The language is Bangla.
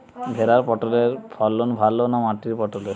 ভেরার পটলের ফলন ভালো না মাটির পটলের?